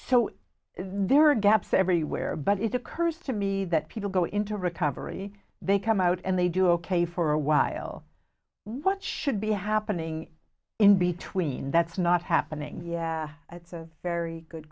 so there are gaps everywhere but it occurs to me that people go into recovery they come out and they do ok for a while what should be happening in between that's not happening yeah it's a very good